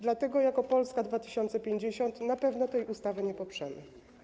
Dlatego jako Polska 2050 na pewno tej ustawy nie poprzemy.